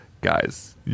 guys